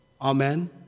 Amen